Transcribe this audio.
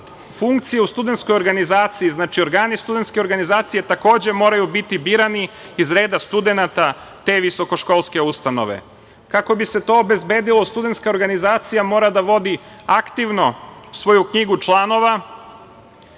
funkcije u studentskoj organizaciji, znači organi studentske organizacije takođe moraju biti birani iz reda studenata te visokoškolske ustanove. Kako bi se to obezbedilo, studentska organizacija mora da vodi aktivno svoju knjigu članova.